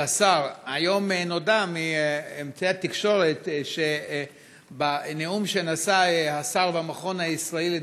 היום נודע מאמצעי התקשורת שבנאום שנשא השר במכון הישראלי